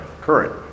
current